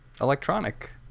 electronic